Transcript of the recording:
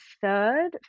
third